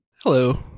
hello